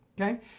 okay